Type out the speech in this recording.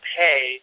pay